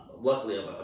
luckily